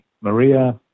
Maria